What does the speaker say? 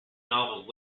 novels